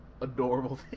adorable